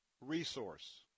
resource